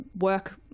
work